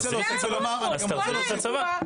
אז תחזירו את הצבא.